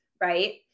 Right